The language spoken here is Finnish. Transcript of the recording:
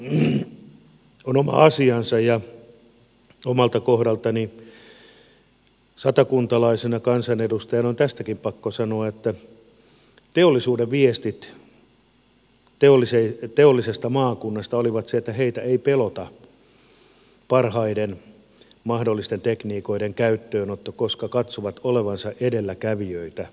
bat on oma asiansa ja omalta kohdaltani satakuntalaisena kansanedustajana on tästäkin pakko sanoa että teollisuuden viesti teollisesta maakunnasta oli se että heitä ei pelota parhaiden mahdollisten tekniikoiden käyttöönotto koska he katsovat olevansa edelläkävijöitä